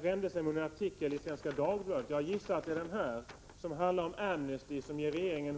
vänder sig mot en artikel i Svenska Dagbladet, som handlar om att Amnesty International ger regeringen hård kritik. Det kan vara intressant att veta om Bengt Silfverstrand har socialdemokratin bakom sig på denna punkt.